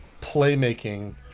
playmaking